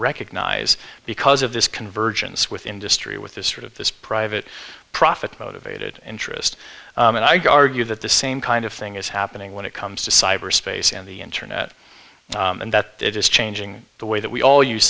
recognize because of this convergence with industry with this sort of this private profit motivated interest and i go argue that the same kind of thing is happening when it comes to cyberspace and the internet and that it is changing the way that we all use